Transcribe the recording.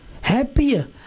happier